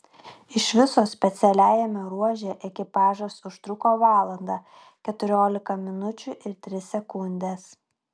iš viso specialiajame ruože ekipažas užtruko valandą keturiolika minučių ir tris sekundes